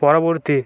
পরবর্তী